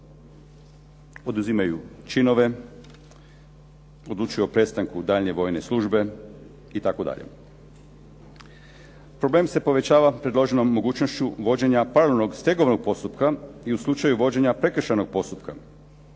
Oduzimaju činove, odlučuju o prestanku daljnje vojne službe itd. Problem se povećava predloženom mogućnošću vođenja paralelnog stegovnog postupka i u slučaju vođenja prekršajnog postupka.